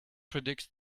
predicts